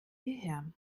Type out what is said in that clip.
hierher